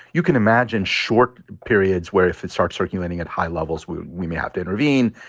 you can imagine short periods where if it starts circulating at high levels, we we may have to intervene.